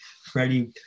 Freddie